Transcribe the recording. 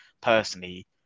personally